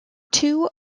two